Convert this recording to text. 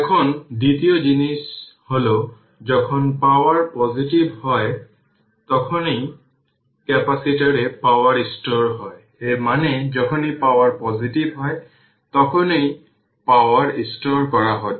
এখন দ্বিতীয় জিনিস হল যখন পাওয়ার পজিটিভ হয় তখনই ক্যাপাসিটরে পাওয়ার স্টোর হয় এর মানে যখনই পাওয়ার পজিটিভ হয় তখনই পাওয়ার স্টোর করা হচ্ছে